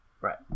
Right